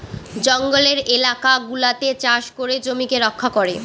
জঙ্গলের এলাকা গুলাতে চাষ করে জমিকে রক্ষা করে